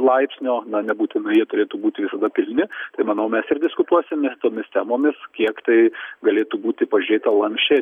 laipsnio na nebūtinai jie turėtų būti visada pilni tai manau mes ir diskutuosime tomis temomis kiek tai galėtų būti pažėta lanksčiai